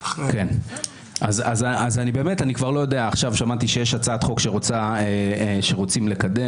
עכשיו שמעתי שיש הצעת חוק שרוצים לקדם